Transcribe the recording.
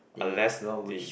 unless the